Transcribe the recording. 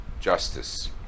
justice